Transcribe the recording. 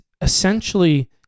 essentially